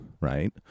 right